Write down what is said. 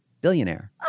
billionaire